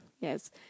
Yes